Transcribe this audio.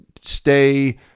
stay